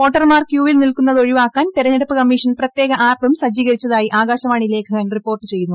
വോട്ടർമാർ ക്യൂവിൽ നിൽക്കുന്നത് ഒഴിവാക്കാൻ തെരഞ്ഞെടുപ്പ് കമ്മീഷൻ പ്രത്യേക ആപ്പും സജ്ജീകരിച്ചതായി ആകാശവാണി ലേഖകൻ റിപ്പോർട്ട് ചെയ്യുന്നു